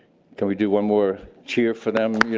can we do one more cheer for them?